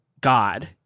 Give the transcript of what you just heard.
God